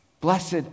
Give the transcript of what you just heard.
Blessed